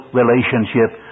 relationship